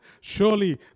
Surely